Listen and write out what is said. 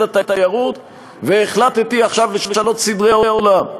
התיירות והחלטתי עכשיו לשנות סדרי עולם.